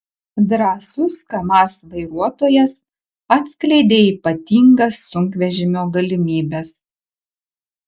drąsus kamaz vairuotojas atskleidė ypatingas sunkvežimio galimybes